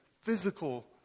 physical